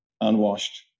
unwashed